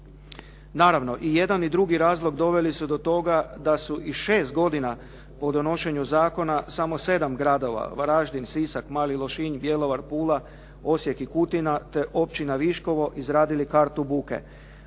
Naravno i jedan i drugi razlog doveli su do toga da su i 6 godina po donošenju zakona samo 7 gradova Varaždin, Sisak, Mali Lošinj, Bjelovar, Pula, Osijek i Kutina, te Općina Viškovo izradili kartu buke.